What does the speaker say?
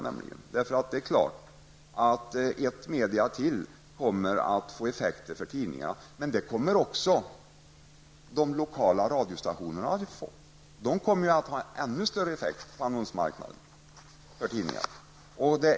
Det är självklart att ett medium till kommer att få effekter för tidningarna. Men det kommer också de lokala radiostationerna att få -- de kommer att ha ännu större effekt på tidningarnas annonsmarknad.